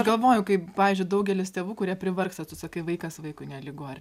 galvoju kaip pavyzdžiui daugelis tėvų kurie privargsta tu sakai vaikas vaikui nelygu ar